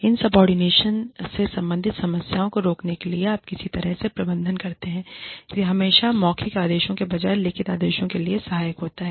insubordination से संबंधित समस्याओं को रोकने के लिए आप किस तरह से प्रबंधन करते हैं यह हमेशा मौखिक आदेशों के बजाय लिखित आदेशों के लिए सहायक होता है